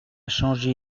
changé